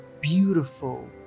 beautiful